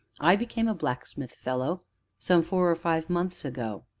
i became a blacksmith fellow some four or five months ago.